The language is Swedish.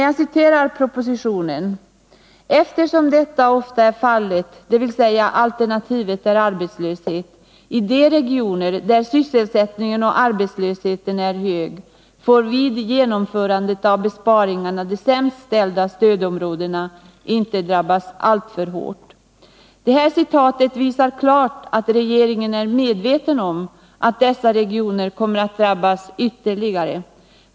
Jag citerar ur propositionen: ”Eftersom detta ofta är fallet” — dvs. att alternativet är arbetslöshet — ”i de regioner där sysselsättningen och arbetslösheten är hög får vid genomförandet av besparingarna de hårt.” Det här citatet vi ämst ställda stödområdena inte drabbas alltför klart att regeringen är medveten om att de: regioner kommer att drabbas ytterligare.